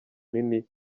nini